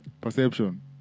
perception